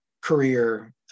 career